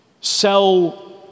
sell